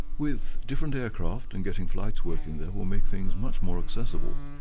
with different aircraft and getting flights working there, will make things much more accessible,